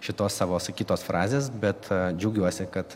šitos savo sakytos frazės bet džiaugiuosi kad